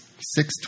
six